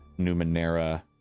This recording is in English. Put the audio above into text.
Numenera